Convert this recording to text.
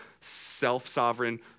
self-sovereign